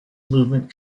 movement